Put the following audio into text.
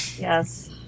Yes